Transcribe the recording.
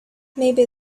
maybe